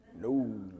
no